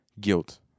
guilt